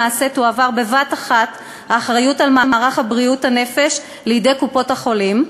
למעשה תועבר בבת-אחת האחריות למערך בריאות הנפש לידי קופות-החולים,